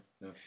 No